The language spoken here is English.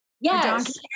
yes